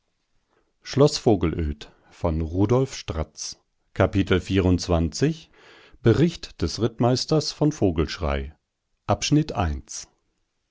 bericht des rittmeisters von vogelschrey